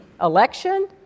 election